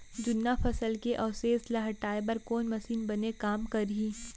जुन्ना फसल के अवशेष ला हटाए बर कोन मशीन बने काम करही?